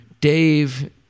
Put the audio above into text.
Dave